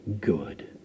good